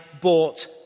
bought